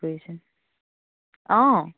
অ